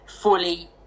fully